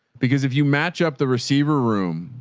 because if you match up the receiver room,